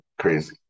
Crazy